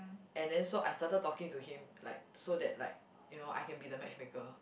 and then so I started talking to him like so that like you know I can be the match maker